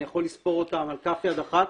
אני יכול לספור אותם על כף יד אחת.